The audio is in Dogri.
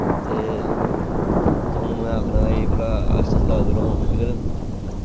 ते थोहानू मैं आखना एह् भला आस्ता चला करो मोटरसैकल